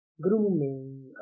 grooming